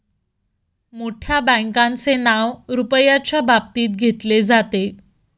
मोठ्या बँकांचे नाव रुपयाच्या बाबतीत घेतले जाते